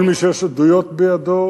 כל מי שיש עדויות בידו,